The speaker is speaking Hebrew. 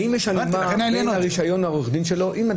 אם אדם הקפיא את הרישיון לעורך דין,